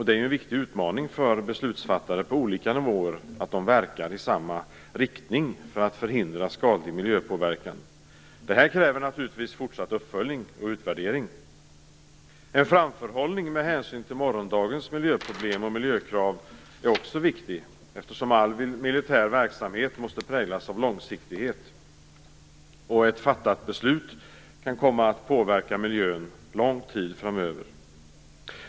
Det är en viktig utmaning för beslutsfattare på olika nivåer att verka i samma riktning för att förhindra skadlig miljöpåverkan. Det här kräver naturligtvis en fortsatt uppföljning och utvärdering. En framförhållning med hänsyn till morgondagens miljöproblem och miljökrav är också viktig, eftersom all militär verksamhet måste präglas av långsiktighet. Ett fattat beslut kan komma att påverka miljön under en lång tid framöver.